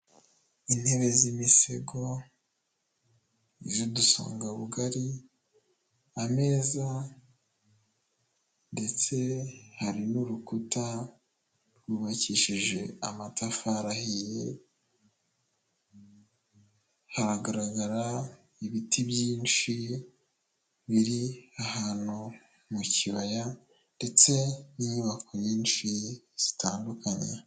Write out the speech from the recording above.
Igipapuro k'inyemezabwishyu gitangwa n'ikigo cyimisoro n'amahoro, kikaba kigaragaza igiciro cyamafaranga iki kintu cyatanzweho nicyo gikorwa cyakozwe.